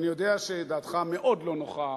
ואני יודע שדעתך מאוד לא נוחה